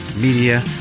Media